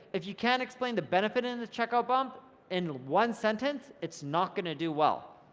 if you can't explain the benefit in the checkout bump in one sentence, it's not gonna do well.